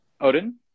Odin